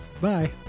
bye